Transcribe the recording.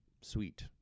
sweet